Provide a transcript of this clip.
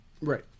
Right